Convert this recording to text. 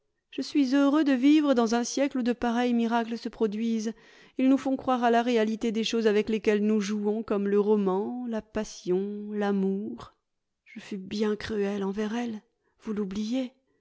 je suis heureux de vivre dans un siècle où de pareils miracles se produisent ils nous font croire h la réalité des choses avec lesquelles nous jouons comme le roman la passion l'amour je fus bien cruel envers elle vous l'oubliez